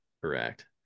Correct